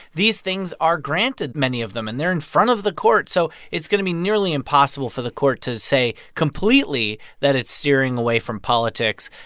these things are granted many of them and they're in front of the court. so it's going to be nearly impossible for the court to say completely that it's steering away from politics.